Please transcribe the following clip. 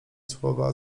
słowa